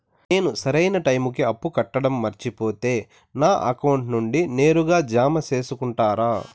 నేను సరైన టైముకి అప్పు కట్టడం మర్చిపోతే నా అకౌంట్ నుండి నేరుగా జామ సేసుకుంటారా?